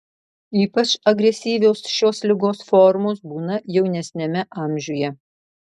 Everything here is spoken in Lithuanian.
ypač agresyvios šios ligos formos būna jaunesniame amžiuje